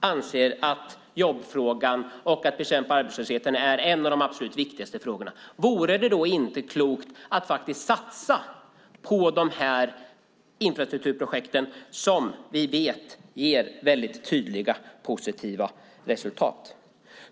anser att jobbfrågan och att bekämpa arbetslösheten är några av de absolut viktigaste frågorna, vore det då inte klokt att faktiskt satsa på de här infrastrukturprojekten som vi vet ger väldigt tydliga positiva resultat?